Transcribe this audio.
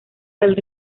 del